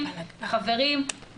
חברים,